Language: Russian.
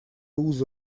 узы